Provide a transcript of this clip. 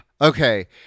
Okay